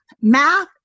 Math